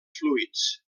fluids